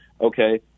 okay